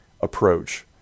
approach